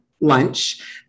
lunch